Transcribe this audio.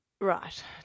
right